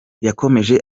yakomeje